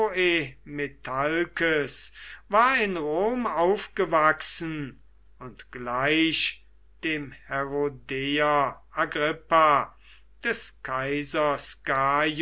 war in rom aufgewachsen und gleich dem herodeer agrippa des kaisers